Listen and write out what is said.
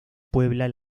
puebla